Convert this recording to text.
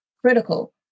critical